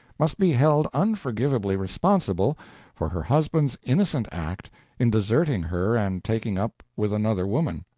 must be held unforgivably responsible for her husband's innocent act in deserting her and taking up with another woman.